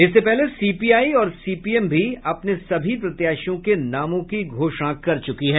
इससे पहले सीपीआई और सीपीएम भी अपने सभी प्रत्याशियों के नामों की घोषणा कर चुकी है